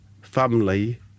family